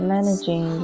Managing